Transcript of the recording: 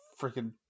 freaking